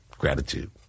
gratitude